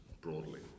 broadly